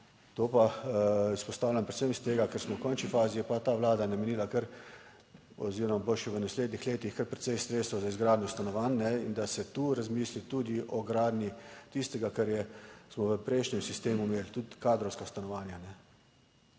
To pa izpostavljam predvsem iz tega, ker smo v končni fazi, je pa ta vlada namenila kar oziroma bo še v naslednjih letih kar precej sredstev za izgradnjo stanovanj. In da se tu razmisli tudi o gradnji tistega kar je, smo v prejšnjem sistemu imeli, tudi kadrovska stanovanja.